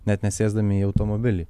net nesėsdami į automobilį